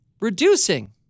reducing